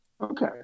okay